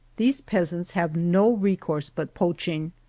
these peasants have no resource but poaching.